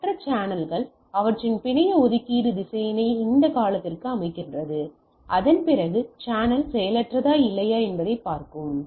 மற்ற சேனல்கள் அவற்றின் பிணைய ஒதுக்கீடு திசையனை அந்தக் காலத்திற்கு அமைக்கின்றன அதன் பிறகு சேனல் செயலற்றதா இல்லையா என்பதைப் பார்க்கும்